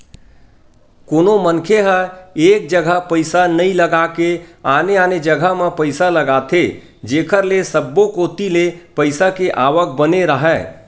कोनो मनखे ह एक जघा पइसा नइ लगा के आने आने जघा म पइसा लगाथे जेखर ले सब्बो कोती ले पइसा के आवक बने राहय